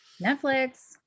Netflix